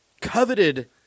coveted